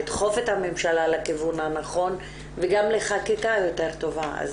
לדחוף את הממשלה לכיוון הנכון וגם לחקיקה יותר טובה.